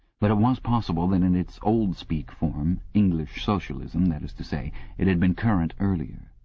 but it was possible that in its oldspeak form english socialism, that is to say it had been current earlier.